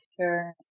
Sure